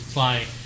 flying